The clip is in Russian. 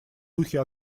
духе